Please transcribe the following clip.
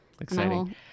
exciting